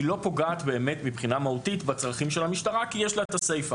היא לא פוגעת באמת מבחינה מהותית בצרכים של המשטרה כי יש לה את הסיפא.